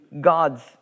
God's